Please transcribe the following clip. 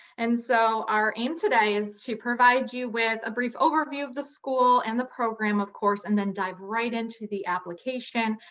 and so our aim today is to provide you with a brief overview of the school and the program, of course and then dive right into the application,